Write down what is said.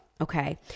okay